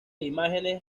imágenes